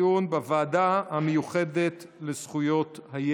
לוועדה שתקבע ועדת הכנסת נתקבלה.